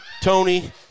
Tony